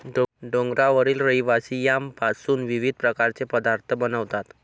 डोंगरावरील रहिवासी यामपासून विविध प्रकारचे पदार्थ बनवतात